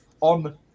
on